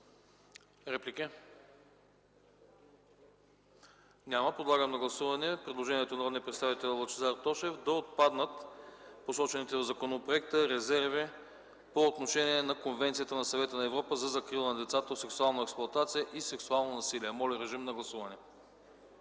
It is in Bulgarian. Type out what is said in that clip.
Реплики? Няма. Подлагам на гласуване предложението на народния представител Лъчезар Тошев да отпаднат посочените в законопроекта резерви по отношение на Конвенцията на Съвета на Европа за закрила на децата от сексуална експлоатация и сексуално насилие. Гласували